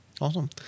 Awesome